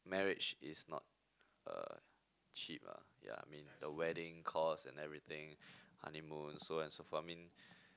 marriage is not a cheap ah yeah I mean the wedding cost and everything honeymoon so on and so forth I mean